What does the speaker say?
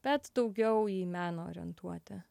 bet daugiau į meną orientuoti